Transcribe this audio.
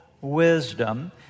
wisdom